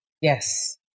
Yes